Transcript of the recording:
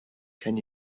can